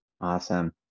Awesome